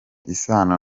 isano